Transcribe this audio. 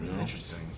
Interesting